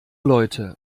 leute